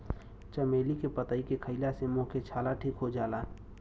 चमेली के पतइ के खईला से मुंह के छाला ठीक हो जाला